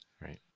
Right